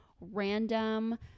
random